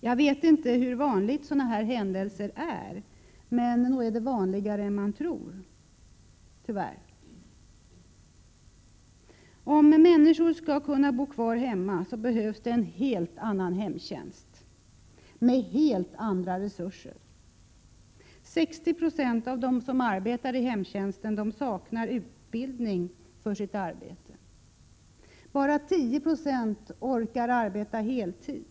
Jag vet inte hur vanliga sådana här händelser är, men nog är de vanligare än man tror — tyvärr. Om människor skall kunna bo kvar hemma behövs en helt annan hemtjänst med helt andra resurser. 60 76 av dem som arbetar i hemtjänsten saknar utbildning för sitt arbete. Bara 10 976 av de anställda orkar arbeta heltid.